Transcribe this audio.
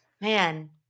man